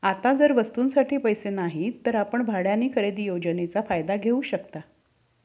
आता जर वस्तूंसाठी पैसे नाहीत तर आपण भाड्याने खरेदी योजनेचा फायदा घेऊ शकता